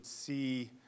see